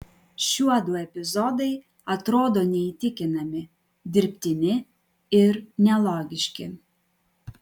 šiuodu epizodai atrodo neįtikinami dirbtini ir nelogiški